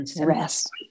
rest